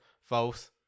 False